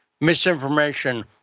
misinformation